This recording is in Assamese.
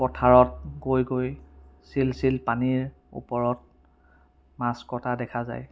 পথাৰত গৈ গৈ চিল চিল পানীৰ ওপৰত মাছ কটা দেখা যায়